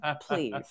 Please